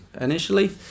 initially